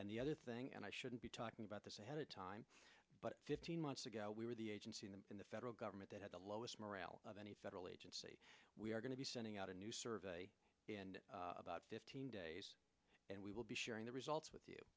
and the other thing and i shouldn't be talking about this ahead of time but fifteen months ago we were the agency and in the federal government that had the lowest morale of any federal agency we are going to be sending out a new survey and about fifteen days and we will be sharing the results with you